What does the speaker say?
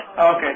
Okay